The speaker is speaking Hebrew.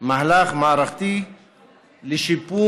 מהלך מערכתי לשיפור